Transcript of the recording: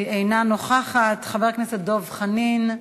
אינה נוכחת, חבר הכנסת דב חנין,